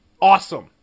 awesome